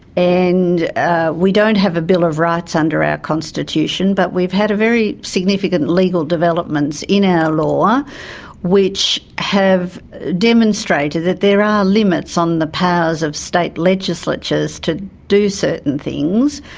and we don't have a bill of rights under our constitution but we've had very significant legal developments in our law which have demonstrated that there limits on the powers of state legislatures to do certain things.